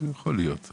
יכול להיות.